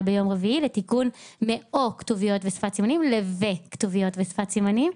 ביום רביעי לתיקון מ-"או כתוביות ושפת סימנים",